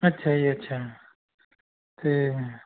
ਅੱਛਾ ਜੀ ਅੱਛਾ ਅਤੇ